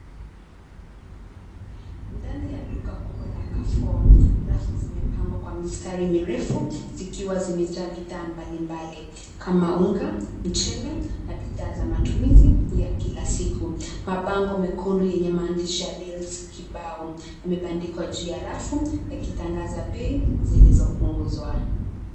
Ndani ya duka kubwa la Carrefour. Rafu zimepangwa kwa mistari mirefu zikiwa zimejaa bidhaa mbalimbali kama unga, mchele na bidhaa za matumizi ya kila siku. Mabango mekundu yenye maandishi ya deals kibao yamebandikwa juu ya rafu yakitangaza bei zilizopunguzwa.